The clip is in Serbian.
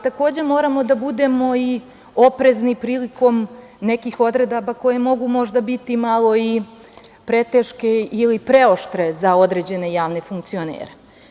Takođe, moramo da budemo oprezni i prilikom nekih odredaba koje mogu možda biti malo i preteške ili preoštre za određene javne funkcionere.